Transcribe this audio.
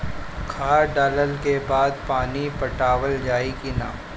खाद डलला के बाद पानी पाटावाल जाई कि न?